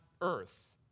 earth